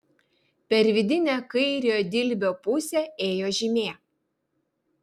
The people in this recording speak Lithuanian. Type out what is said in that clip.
per vidinę kairiojo dilbio pusę ėjo žymė